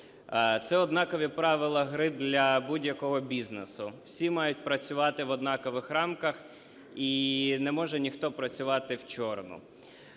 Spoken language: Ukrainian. Це однакові правила гри для будь-якого бізнесу, всі мають працювати в однакових рамках і не може ніхто працювати "вчорну".